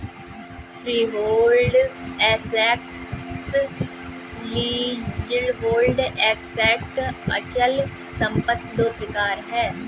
freehold assets, leasehold assets अचल संपत्ति दो प्रकार है